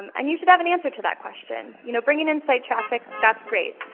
and you should have an answer to that question. you know bringing in site traffic, that's great.